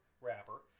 wrapper